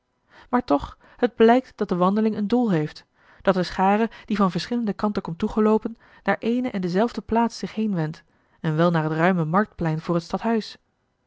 maar toch het blijkt dat de wandeling een doel heeft dat de schare die van verschillende kanten komt toegeloopen naar eene en dezelfde plaats zich heenwendt en wel naar het ruime marktplein voor het stadhuis